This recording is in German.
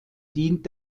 dient